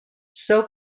soap